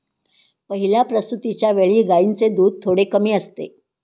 पहिल्या प्रसूतिच्या वेळी गायींचे दूध थोडे कमी असते